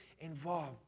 involved